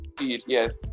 Yes